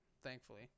thankfully